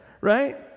right